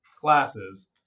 classes